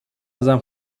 ازم